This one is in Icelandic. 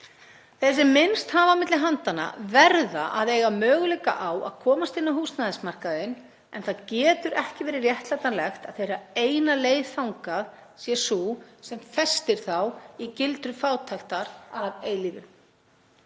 sem minnst hafa á milli handanna verða að eiga möguleika á að komast inn á húsnæðismarkaðinn en það getur ekki verið réttlætanlegt að þeirra eina leið þangað sé sú sem festir þá í gildru fátæktar að eilífu.